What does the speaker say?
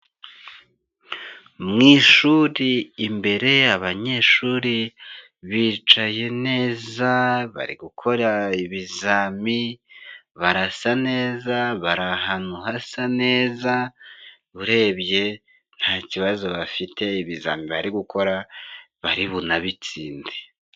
Mu ishuri imbere abanyeshuri bicaye neza bari gukora ibizami, barasa neza, bara ahantu hasa neza, urebye nta kibazo bafite, ibizami bari gukora baribunabitsinde.